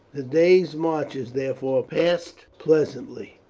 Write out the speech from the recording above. the days' marches therefore passed pleasantly.